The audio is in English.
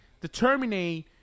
determine